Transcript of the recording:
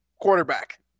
quarterback